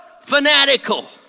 fanatical